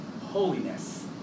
holiness